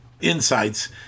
insights